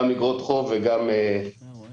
גם אגרות חוב וגם מניות,